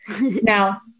Now